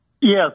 Yes